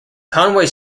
conway